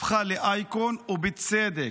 הפכה לאייקון, ובצדק: